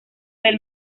del